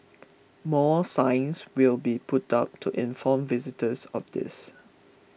more signs will be put up to inform visitors of this